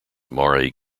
maury